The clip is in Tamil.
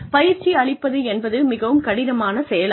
பயிற்சி அளிப்பது என்பது மிகவும் கடினமான செயலாகும்